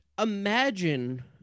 imagine